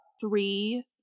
three